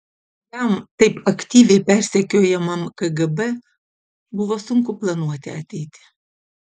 jam taip aktyviai persekiojamam kgb buvo sunku planuoti ateitį